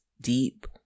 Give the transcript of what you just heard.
deep